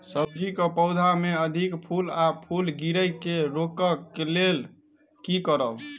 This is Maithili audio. सब्जी कऽ पौधा मे अधिक फूल आ फूल गिरय केँ रोकय कऽ लेल की करब?